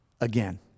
again